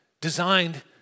designed